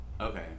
Okay